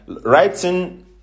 writing